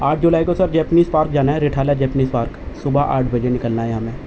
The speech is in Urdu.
آٹھ جولائی کو سر جیپنیز پارک جانا ہے رٹھالہ جیپنیز پارک صبح آٹھ بجے نکلنا ہے ہمیں